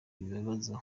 bibabaza